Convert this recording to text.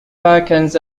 perkins